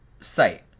site